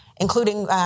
including